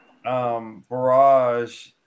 Barrage